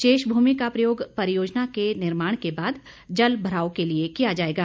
शेष भूमि का प्रयोग परियोजना के निर्माण के बाद जलभराव के लिए किया जाएगा